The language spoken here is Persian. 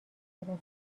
گرفتیم